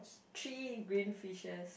three green fishes